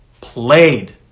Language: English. played